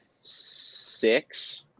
six